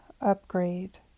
upgrade